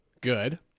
Good